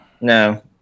No